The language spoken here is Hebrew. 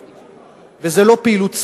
וזה לא פעילות צבאית,